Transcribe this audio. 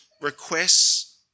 requests